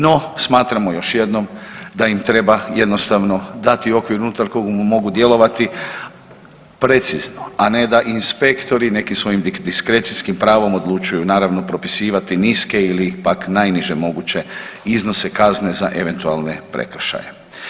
No, smatramo još jednom da im treba jednostavno dati okvir unutar kog mogu djelovati precizno, a ne da inspektori nekim svojim diskrecijskim pravom odlučuju naravno propisivati niske ili pak najniže moguće iznose kazne za eventualne prekršaje.